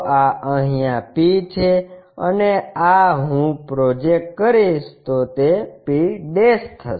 આ અહીંયા P છે અને આ હું પ્રોજેક્ટ કરીશ તો તે p થશે